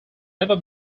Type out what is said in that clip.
never